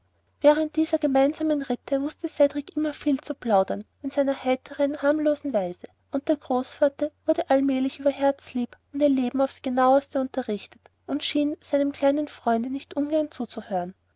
während dieser gemeinsamen ritte wußte cedrik immer viel zu plaudern in seiner heiteren harmlosen weise und der großvater wurde allmählich über herzlieb und ihr leben aufs genaueste unterrichtet und schien seinem kleinen freunde nicht ungern zuzuhören